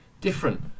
different